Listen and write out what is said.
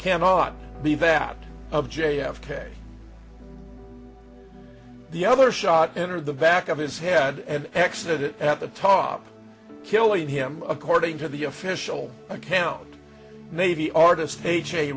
cannot be that of j f k the other shot entered the back of his head and exit at the top killing him according to the official account navy artist a